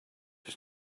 his